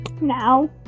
Now